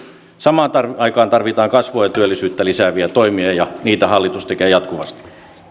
samaan aikaan tarvitaan kasvua ja työllisyyttä lisääviä toimia ja niitä hallitus tekee jatkuvasti ja